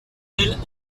elle